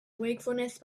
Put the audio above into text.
wakefulness